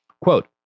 Quote